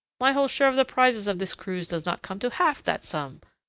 my whole share of the prizes of this cruise does not come to half that sum.